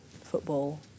football